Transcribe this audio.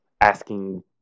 asking